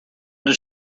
does